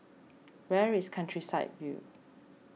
where is Countryside View